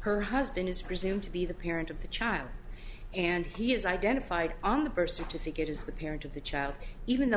her husband is presumed to be the parent of the child and he is identified on the birth certificate as the parent of the child even though